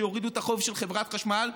שיורידו את החוב של חברת חשמל,